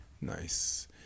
nice